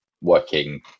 working